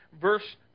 verse